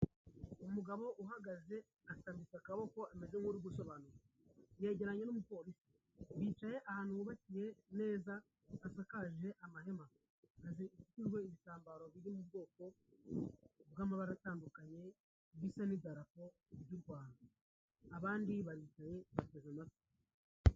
Umugabo uhagaze asamika akaboko ameze nkuri gusobanura yegeranye n'umupolisi yicaye ahantu hubakiye neza hasakaje amahema, ibitambaro biri mu bwoko bw'amabara atandukanye bisa n'idarapo ry'u Rwanda abandi bahicaye bateze amatwi.